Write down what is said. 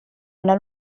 una